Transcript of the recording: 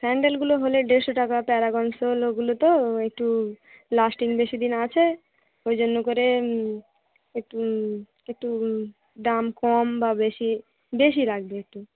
স্যান্ডেলগুলো হলে দেড়শো টাকা প্যারাগন সোল ওগুলো তো একটু লাস্টিং বেশি দিন আছে ওই জন্য করে একটু একটু দাম কম বা বেশি বেশি লাগবে একটু